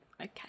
okay